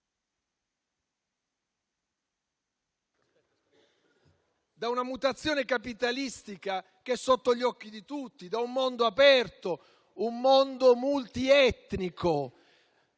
da una mutazione capitalistica che è sotto gli occhi di tutti, da un mondo aperto e multietnico.